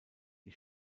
die